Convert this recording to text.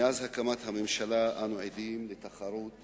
מאז הקמת הממשלה אנו עדים לתחרות